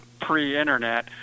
pre-internet